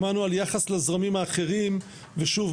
שמענו על יחס לזרמים האחרים ושוב,